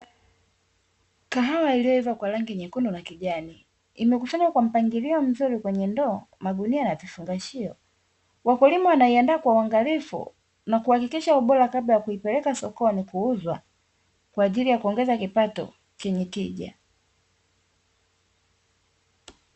Kahawa iliyoiva kwa rangi nyekundu na kijani, imekusanywa kwa mpangilio mzuri kwenye ndoo, magunia na vifungashio. Wakulima wanaiandaa kwa uangalifu, na kuhakikisha ubora kabla ya kuipeleka sokoni kuuzwa, kwa ajili ya kuongeza kipato chenye tija.